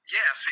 yes